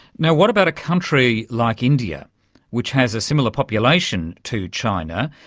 yeah what about a country like india which has a similar population to china,